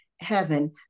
heaven